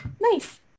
Nice